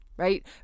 right